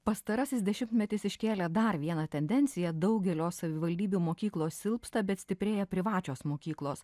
pastarasis dešimtmetis iškėlė dar vieną tendenciją daugelio savivaldybių mokyklos silpsta bet stiprėja privačios mokyklos